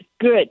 good